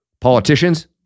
politicians